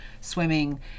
swimming